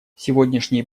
сегодняшние